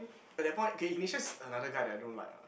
at that point okay Ignatius another guy that I don't like ah